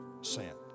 sent